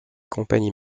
compagnies